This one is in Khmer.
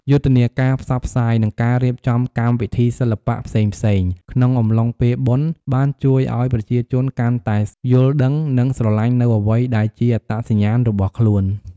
យុទ្ធនាការផ្សព្វផ្សាយ និងការរៀបចំកម្មវិធីសិល្បៈផ្សេងៗក្នុងអំឡុងពេលបុណ្យ បានជួយឲ្យប្រជាជនកាន់តែយល់ដឹង និងស្រឡាញ់នូវអ្វីដែលជាអត្តសញ្ញាណរបស់ខ្លួន។